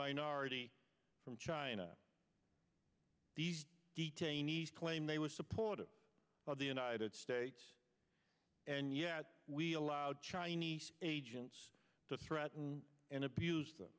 minority from china these detainees claim they were supportive of the united states and yet we allowed chinese agents to threaten and abuse them